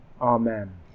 Amen